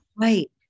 Right